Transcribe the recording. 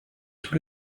tout